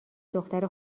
دختر